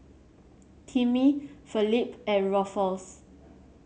Timmy Felipe and Rufus